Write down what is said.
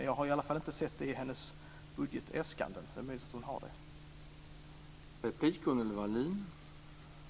Jag har i varje fall inte sett det i hennes budgetäskanden men det är möjligt att det finns med där.